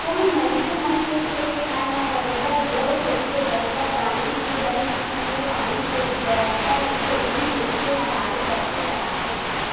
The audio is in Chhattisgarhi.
जउन मनखे मन के खेत खार म बरोबर बोर होथे बरोबर पानी के बने किसम ले पानी के बेवस्था होथे उही मनखे ह बाड़ी बखरी लगाथे